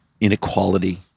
inequality